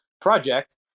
project